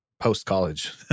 Post-college